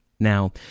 Now